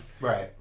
right